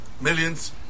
Millions